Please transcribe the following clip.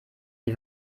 die